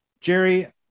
Jerry